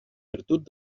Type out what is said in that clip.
virtut